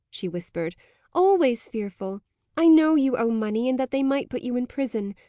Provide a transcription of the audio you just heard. she whispered always fearful i know you owe money, and that they might put you in prison.